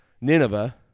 Nineveh